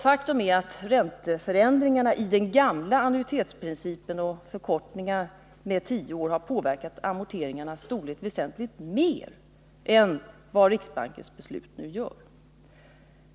Faktum är att med den gamla annuitetsprincipen skulle ränteförändringarna och förkortningen med tio år ha påverkat amorteringarnas storlek väsentligt mer än vad riksbankens beslut nu gör.